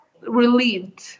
relieved